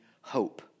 hope